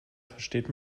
versteht